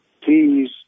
please